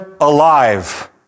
alive